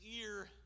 ear